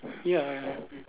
ya ya